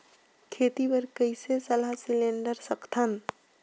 खेती बर कइसे सलाह सिलेंडर सकथन?